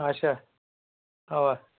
اچھا اواہ